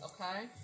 Okay